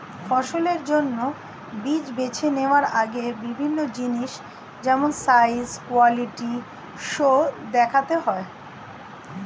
ফসলের জন্য বীজ বেছে নেওয়ার আগে বিভিন্ন জিনিস যেমন সাইজ, কোয়ালিটি সো দেখতে হয়